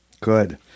Good